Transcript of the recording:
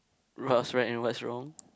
what's right and what's wrong